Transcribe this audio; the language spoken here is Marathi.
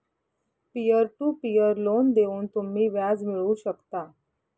पीअर टू पीअर लोन देऊन तुम्ही व्याज मिळवू शकता